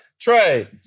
Trey